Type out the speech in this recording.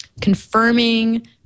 confirming